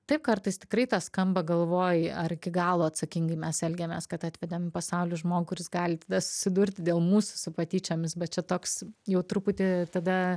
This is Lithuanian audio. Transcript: taip kartais tikrai tas skamba galvoj ar iki galo atsakingai mes elgiamės kad atvedėm į pasaulį žmogų kuris gali tada susidurti dėl mūsų su patyčiomis bet čia toks jau truputį tada